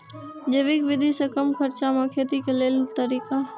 जैविक विधि से कम खर्चा में खेती के लेल तरीका?